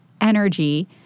energy